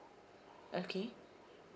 okay